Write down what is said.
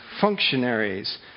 functionaries